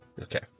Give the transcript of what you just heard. Okay